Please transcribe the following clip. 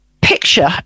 picture